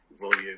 volume